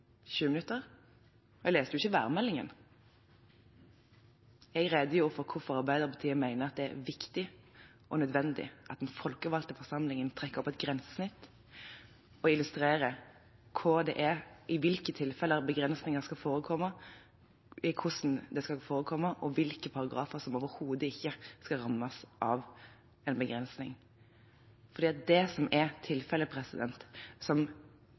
20 minutter, og jeg leste jo ikke værmeldingen. Jeg redegjorde for hvorfor Arbeiderpartiet mener at det er viktig og nødvendig at den folkevalgte forsamlingen trekker opp et grensesnitt og illustrerer i hvilke tilfeller begrensninger skal forekomme, hvordan det skal forekomme, og hvilke paragrafer som overhodet ikke skal rammes av en begrensning. Det er det som er tilfellet.